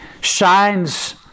shines